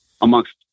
amongst